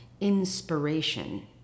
inspiration